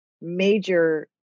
major